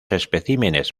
especímenes